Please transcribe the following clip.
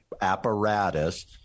apparatus